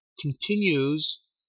continues